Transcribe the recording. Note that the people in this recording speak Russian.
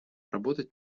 работать